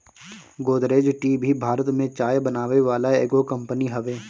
Godrej tea भी भारत में चाय बनावे वाला एगो कंपनी हवे